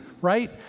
right